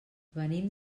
venim